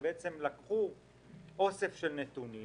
לקחו אוסף של נתונים